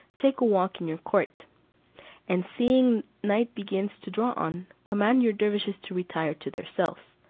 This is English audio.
take a walk in your court and seeing night begins to draw on, command your dervises to retire to their cells.